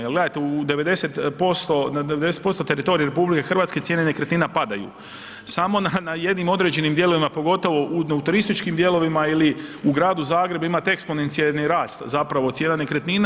Jer gledajte na 90% teritorija RH cijene nekretnina padaju, samo na jednim određenim dijelovima, pogotovo u turističkim dijelovima ili u gradu Zagrebu imate eksponencijalni rast cijena nekretnina.